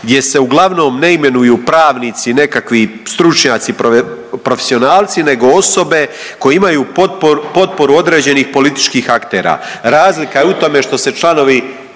gdje se uglavnom ne imenuju pravnici nekakvi stručnjaci profesionalci nego osobe koje imaju potporu određenih političkih aktera. Razlika je u tome što se članovi